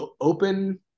open